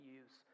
use